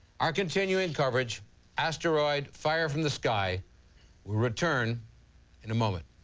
our continuing coverage asteroid fire from the sky will return in a moment.